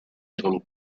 ihrem